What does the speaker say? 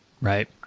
Right